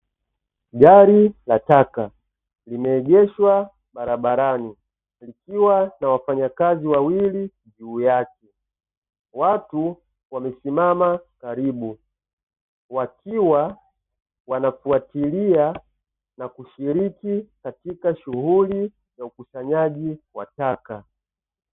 Gari la taka limeegeshwa barabarani likiwa na wafanyakazi wawili juu yake. Watu wamesimama karibu, wakiwa wanafuatilia na kushiriki katika shughuli ya ukusanyaji wa taka.